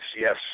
yes